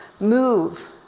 Move